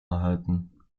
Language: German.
erhalten